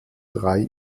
drei